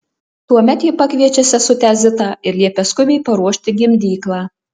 tuomet ji pakviečia sesutę zitą ir liepia skubiai paruošti gimdyklą